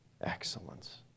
excellence